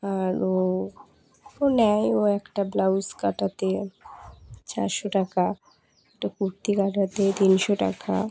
আর ও ও নেয় ও একটা ব্লাউজ কাটাতে চারশো টাকা একটা কুর্তি কাটাতে তিনশো টাকা